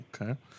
Okay